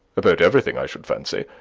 about everything, i should fancy.